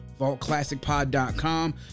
Vaultclassicpod.com